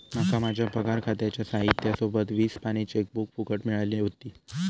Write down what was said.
माका माझ्या पगार खात्याच्या साहित्या सोबत वीस पानी चेकबुक फुकट मिळाली व्हती